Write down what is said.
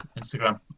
Instagram